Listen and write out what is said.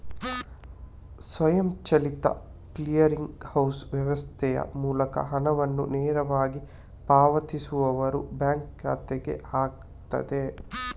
ಸ್ವಯಂಚಾಲಿತ clearing house ವ್ಯವಸ್ಥೆಯ ಮೂಲಕ ಹಣವನ್ನ ನೇರವಾಗಿ ಪಾವತಿಸುವವರ ಬ್ಯಾಂಕ್ ಖಾತೆಗೆ ಹಾಕ್ತದೆ